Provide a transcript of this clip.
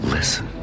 Listen